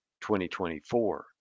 2024